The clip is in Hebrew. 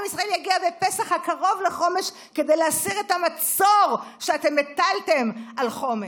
עם ישראל יגיע בפסח הקרוב לחומש כדי להסיר את המצור שאתם הטלתם על חומש.